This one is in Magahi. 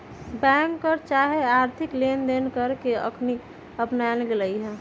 बैंक कर चाहे आर्थिक लेनदेन कर के अखनी अपनायल न गेल हइ